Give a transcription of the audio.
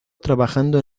trabajando